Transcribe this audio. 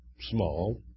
small